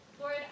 Lord